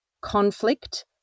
conflict